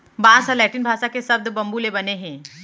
बांस ह लैटिन भासा के सब्द बंबू ले बने हे